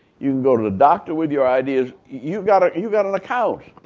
you can go to the doctor with your id. ah you've got ah you've got an account.